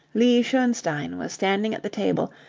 lee schoenstein was standing at the table,